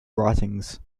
writings